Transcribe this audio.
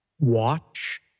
Watch